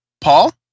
Paul